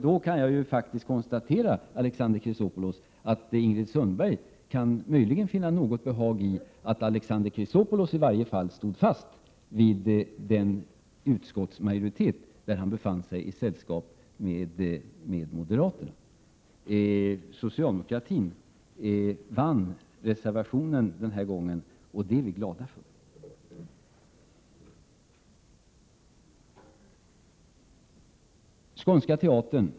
Då kan jag faktiskt konstatera, Alexander Chrisopoulos, att Ingrid Sundberg möjligen kan finna något behag att i varje fall Alexander Chrisopoulos stod fast vid uppfattningen hos den utskottsmajoritet där han befann sig i sällskap med moderaterna. Socialdemokraternas reservation vann alltså, och det är vi glada för.